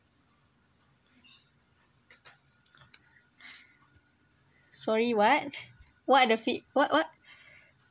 sorry what what are the fit what what